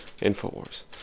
Infowars